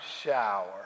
shower